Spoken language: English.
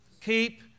keep